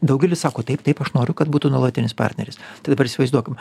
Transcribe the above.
daugelis sako taip taip aš noriu kad būtų nuolatinis partneris tai dabar įsivaizduokim